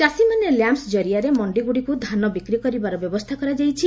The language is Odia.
ଚାଷୀମାନେ ଲ୍ୟାମ୍ପ୍ସ କରିଆରେ ମଣ୍ଡିଗୁଡ଼ିକୁ ଧାନ ବିକ୍ରି କରିବାର ବ୍ୟବସ୍ଥା କରାଯାଇଛି